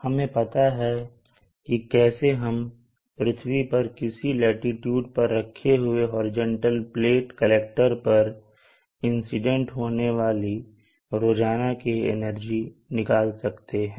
हमें पता है कि कैसे हम पृथ्वी पर किसी लाटीट्यूड पर रखे हुए हॉरिजॉन्टल फ्लैट प्लेट कलेक्टर पर इंसीडेंट होने वाली रोजाना की एनर्जी निकाल सकते हैं